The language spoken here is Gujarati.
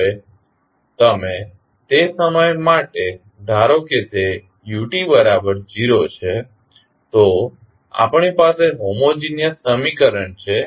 હવે જો તમે તે સમય માટે ધારો કે તે ut0 છે તો આપણી પાસે હોમોજીનીયસ સમીકરણ છે